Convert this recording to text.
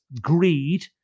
greed